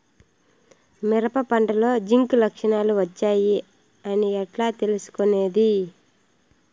మిరప పంటలో జింక్ లక్షణాలు వచ్చాయి అని ఎట్లా తెలుసుకొనేది?